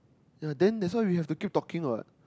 yea then that's why we have to keep talking what